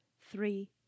three